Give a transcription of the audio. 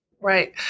Right